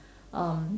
um